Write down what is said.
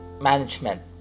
management